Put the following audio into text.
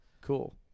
cool